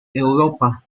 europa